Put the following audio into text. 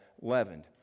leavened